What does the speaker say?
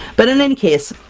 but in any case,